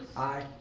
aye.